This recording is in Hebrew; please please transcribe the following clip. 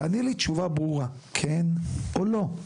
תעני לי תשובה ברורה כן או לא?